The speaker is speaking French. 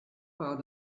pas